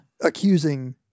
accusing